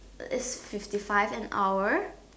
fifty five an hour